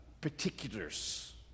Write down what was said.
Particulars